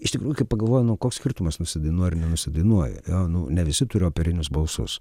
iš tikrųjų kai pagalvoji nu koks skirtumas nusidainuoji ar nenusidainuoji jo nu ne visi turi operinius balsus